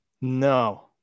No